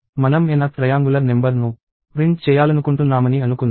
మనం nth triangular number ను print చేయాలనుకుంటున్నామని అనుకుందాం